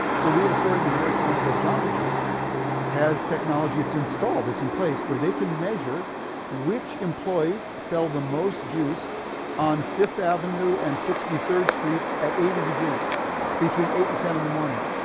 so we had a story in the new york times that jamba juice has technology it's installed, it's in place where they can measure which employees sell the most juice on fifth avenue and sixty third street at eighty eighty degrees between eight and ten in the morning.